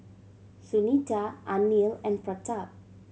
Sunita Anil and Pratap